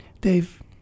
Dave